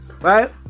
right